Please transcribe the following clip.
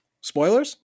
Spoilers